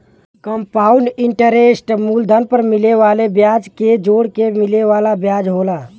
compound interest मूलधन पर मिले वाले ब्याज के जोड़के मिले वाला ब्याज होला